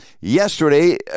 Yesterday